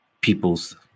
peoples